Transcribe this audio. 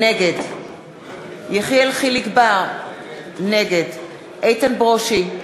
נגד יחיאל חיליק בר, נגד איתן ברושי,